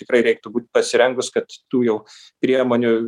tikrai reiktų būt pasirengus kad tų jau priemonių